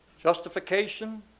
Justification